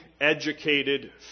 educated